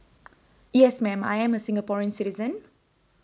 yes ma'am I am singaporean citizen